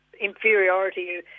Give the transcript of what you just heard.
inferiority